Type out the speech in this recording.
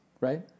Right